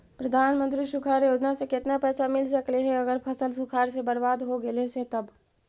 प्रधानमंत्री सुखाड़ योजना से केतना पैसा मिल सकले हे अगर फसल सुखाड़ से बर्बाद हो गेले से तब?